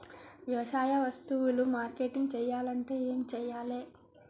వ్యవసాయ వస్తువులు మార్కెటింగ్ చెయ్యాలంటే ఏం చెయ్యాలే?